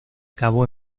cabo